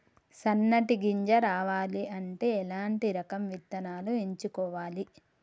సన్నటి గింజ రావాలి అంటే ఎలాంటి రకం విత్తనాలు ఎంచుకోవాలి?